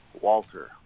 Walter